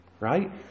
Right